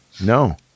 No